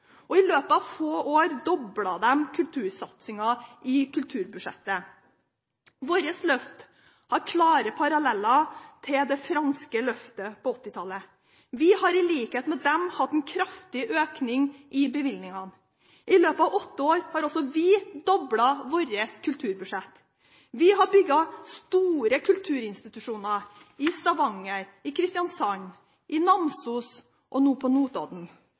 forlag. I løpet av få år doblet de satsingen i kulturbudsjettet. Vårt løft har klare paralleller til det franske løftet på 1980-tallet. Vi har i likhet med dem hatt en kraftig økning i bevilgningene. I løpet av åtte år har også vi doblet vårt kulturbudsjett. Vi har bygd store kulturinstitusjoner i Stavanger, Kristiansand, Namsos og nå på Notodden.